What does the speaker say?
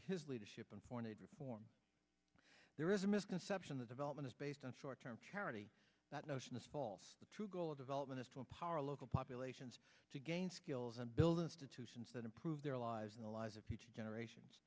his leadership and pointed reform there is a misconception that development is based on short term charity that notion is false the true goal of development is to empower local populations to gain skills and build institutions that improve their lives and the lives of generations